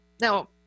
now